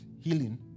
healing